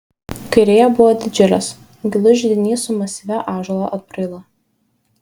kairėje buvo didžiulis gilus židinys su masyvia ąžuolo atbraila